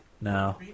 No